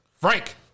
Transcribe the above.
Frank